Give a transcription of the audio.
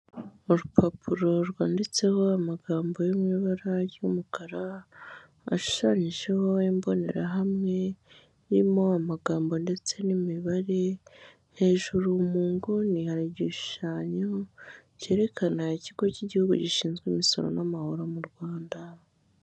Urupapuro rwanditseho amagambo yo mu ibara y'umukara, hashushanyijeho imbonerahamwe irimo amagambo ndetse n'imibare, hejuru mu nguni hari igishushanyo, cyerekana Ikigo cy'Igihugu gishinzwe imisoro n'amahoro mu Rwanda.